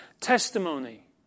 testimony